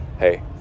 Hey